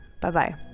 Bye-bye